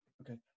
okay